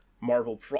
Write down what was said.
Marvel